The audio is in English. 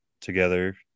together